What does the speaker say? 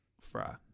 Fry